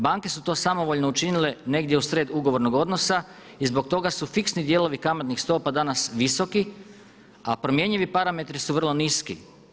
Banke su to samovoljno učinile negdje usred ugovornog odnosa i zbog toga su fiksni dijelovi kamatnih stopa danas visoki, a promjenjivi parametri su vrlo niski.